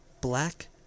black